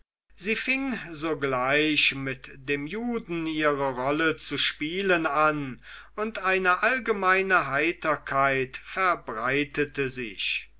sie fing sogleich mit dem juden ihre rolle zu spielen an und eine allgemeine heiterkeit verbreitete sich